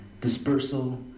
dispersal